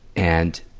and,